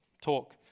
talk